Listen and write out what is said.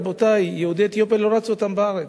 רבותי, יהודי אתיופיה, לא רצו אותם בארץ.